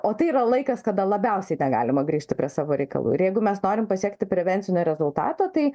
o tai yra laikas kada labiausiai negalima grįžti prie savo reikalų ir jeigu mes norim pasiekti prevencinio rezultato tai